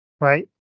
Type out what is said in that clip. right